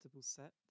set